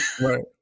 Right